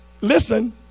Listen